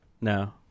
No